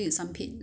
全部